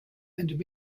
and